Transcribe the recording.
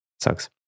Sucks